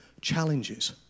challenges